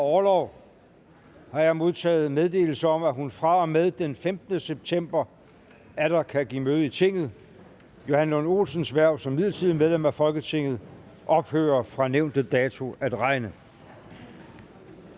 orlov, har jeg modtaget meddelelse om, at hun fra og med den 15. september 2013 atter kan give møde i Tinget. Johan Lund Olsens hverv som midlertidigt medlem af Folketinget ophører fra nævnte dato at regne.